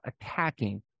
attacking